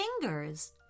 fingers